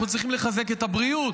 אנחנו צריכים לחזק את הבריאות.